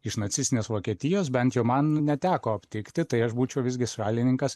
iš nacistinės vokietijos bent jau man neteko aptikti tai aš būčiau visgi šalininkas